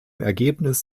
ergebnis